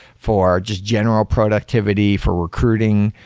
for just general productivity, for recruiting.